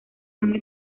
muy